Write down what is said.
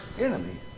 enemy